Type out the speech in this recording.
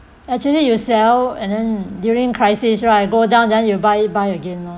actually you sell and then during crisis right go down then you buy buy again lor